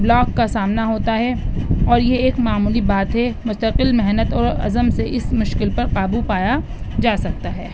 block کا سامنا ہوتا ہے اور یہ ایک معمولی بات ہے مستقل محنت اور عزم سے اس مشکل پر قابو پایا جا سکتا ہے